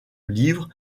livres